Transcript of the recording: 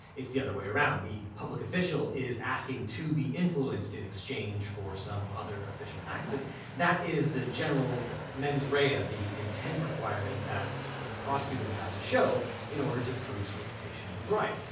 it's the other way around, the public official is asking to be influenced in exchange for some other official act, but that is the general mens rea, ah the intent requirement that a prosecutor would have to show in order to prove solicitation of a bribe.